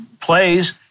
plays